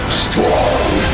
strong